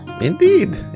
Indeed